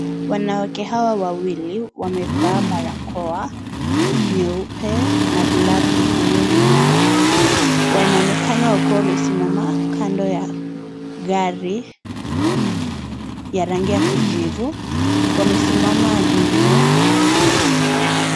Wanawake hawa wawili wamevaa barakoa nyeupe na glavu mikononi mwao. Wanaonekana wakiwa wamesimama kando ya gari ya rangi ya kijivu, wamesimama nje.